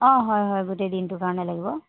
অঁ হয় হয় গোটেই দিনটোৰ কাৰণে লাগিব